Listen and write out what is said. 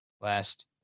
last